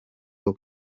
bwo